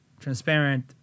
transparent